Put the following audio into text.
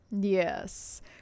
Yes